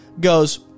goes